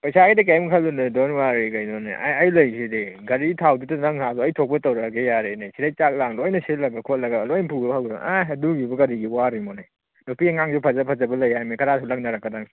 ꯄꯩꯁꯥꯒꯤꯗꯤ ꯀꯔꯤꯝ ꯈꯜꯂꯨꯅꯨ ꯗꯣꯟ ꯋꯥꯔꯤ ꯀꯩꯅꯣꯅꯦ ꯑꯩ ꯂꯩꯔꯤꯁꯤꯗꯤ ꯒꯥꯔꯤ ꯊꯥꯎꯗꯨꯇ ꯅꯪ ꯍꯥꯜꯂꯨ ꯑꯩ ꯊꯣꯛꯄ ꯇꯧꯔꯛꯑꯒꯦ ꯌꯥꯔꯦꯅꯦ ꯁꯤꯗꯒꯤ ꯆꯥꯛ ꯂꯥꯡ ꯂꯣꯏꯅ ꯁꯤꯜꯂꯒ ꯈꯣꯠꯂꯒ ꯂꯣꯏ ꯑꯦ ꯑꯗꯨꯒꯤꯕꯨ ꯀꯔꯤꯒꯤ ꯋꯥꯔꯤꯃꯣꯅꯦ ꯅꯨꯄꯤ ꯑꯉꯥꯡꯁꯨ ꯐꯖ ꯐꯖꯕ ꯂꯩ ꯍꯥꯏꯕꯅꯤ ꯈꯔꯁꯨ ꯂꯛꯅꯔꯛꯀꯗꯃꯤ